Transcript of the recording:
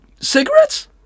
cigarettes